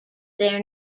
their